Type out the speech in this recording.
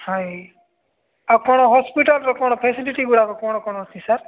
ହଏ ଆପଣ ହସ୍ପିଟାଲ୍ର କ'ଣ ଫାସିଲିଟିଗୁଡ଼ାକ କ'ଣ କ'ଣ ଅଛି ସାର୍